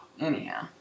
Anyhow